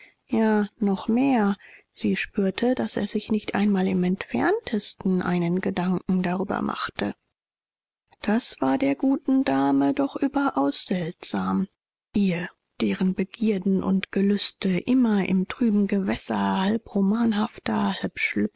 ja noch mehr sie spürte daß er sich nicht einmal im entferntesten einen gedanken darüber machte das war der guten dame doch überaus seltsam ihr deren begierden und gelüste immer im trüben gewässer